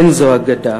אין זו אגדה.